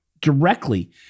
directly